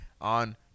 on